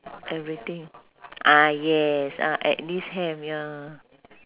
everything ah yes ah at least have ya